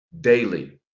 daily